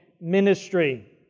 ministry